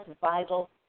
vital